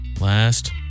Last